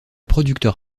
producteur